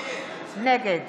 נגד